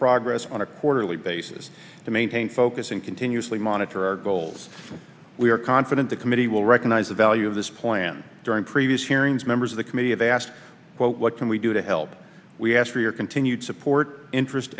progress on a quarterly basis to maintain focus and continuously monitor our goals we are confident the committee will recognize the value of this plan during previous hearings members of the committee and ask what what can we do to help we ask for your continued support interest